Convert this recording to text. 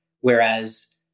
Whereas